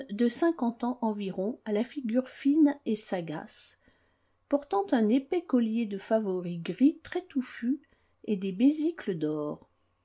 de cinquante ans environ à figure fine et sagace portant un épais collier de favoris gris très touffu et des besicles d'or